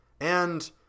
And